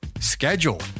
schedule